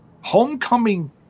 Homecoming